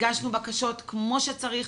הגשנו בקשות כמו שצריך.